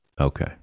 Okay